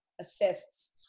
assists